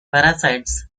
parasites